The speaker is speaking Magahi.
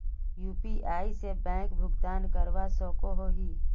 यु.पी.आई से बैंक भुगतान करवा सकोहो ही?